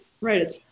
right